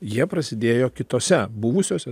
jie prasidėjo kitose buvusiose